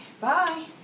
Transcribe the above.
bye